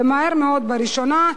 ומהר מאוד בראשונה,